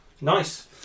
Nice